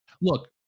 look